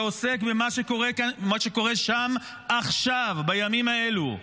שעוסק במה שקורה שם עכשיו בימים האלו,